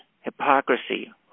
hypocrisy